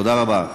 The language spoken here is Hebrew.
תודה רבה.